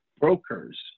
brokers